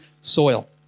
soil